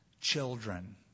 children